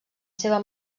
seva